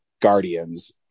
Guardians